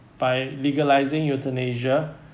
by legalizing euthanasia